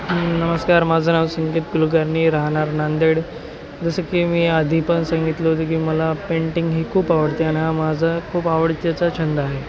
नमस्कार माझं नाव संकेत कुलकर्नी राहणार नांदेड जसं की मी आधी पण सांगितलं होतं की मला पेंटिंग ही खूप आवडते आणि हा माझा खूप आवडतीचा छंद आहे